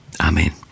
Amen